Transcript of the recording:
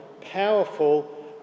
powerful